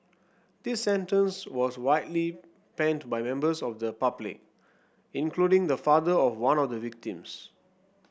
this sentence was widely panned by members of the public including the father of one of the victims